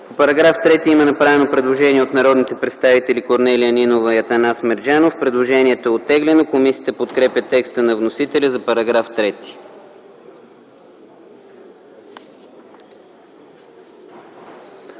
По § 68 има направено предложение от народните представители Корнелия Нинова и Атанас Мерджанов. Предложението е оттеглено. Комисията подкрепя текста на вносителя за §